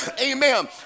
Amen